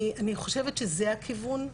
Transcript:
אני חושבת שזה הכיוון,